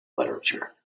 literature